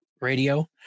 radio